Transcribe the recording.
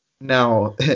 Now